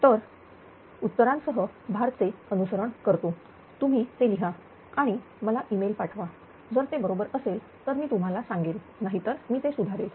तर उत्तरांसह भार चे अनुसरण करतो तुम्ही ते लिहा आणि मला ई मेल पाठवा जर ते बरोबर असेल तर मी तुम्हाला सांगेल नाहीतर मी ते सुधारेल